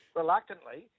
reluctantly